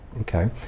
okay